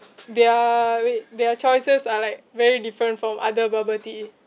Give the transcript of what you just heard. their wait their choices are like very different from other bubble tea